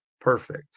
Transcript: perfect